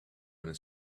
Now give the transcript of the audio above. and